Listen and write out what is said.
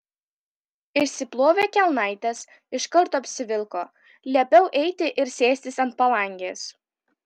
išsiplovė kelnaites iš karto apsivilko liepiau eiti ir sėstis ant palangės